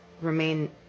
remain